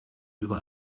über